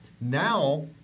Now